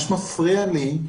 מה שמפריע לי זה